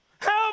Help